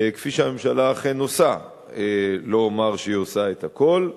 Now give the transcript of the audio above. כפי שהממשלה אכן עושה, לא אומר שהיא עושה את הכול,